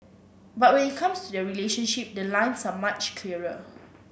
but when it comes to their relationship the lines are much clearer